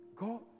God